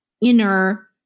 inner